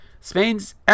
Spain's